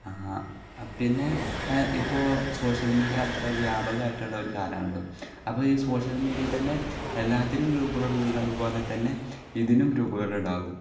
പിന്നെ ഇപ്പോൾ social media അത്ര വ്യാപകായിട്ടുള്ള ഒരു കാലം ആണല്ലോ അപ്പം ഈ സോഷ്യൽ മീഡിയയിൽ തന്നെ എല്ലാത്തിനും ഗ്രൂപ്പുകളുള്ളത് പോലെ തന്നെ ഇതിനും ഗ്രൂപ്പുകൾ ഉണ്ടാകും